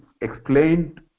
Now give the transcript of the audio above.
explained